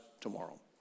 tomorrow